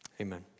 amen